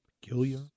Peculiar